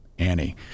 Annie